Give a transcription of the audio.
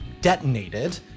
detonated